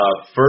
First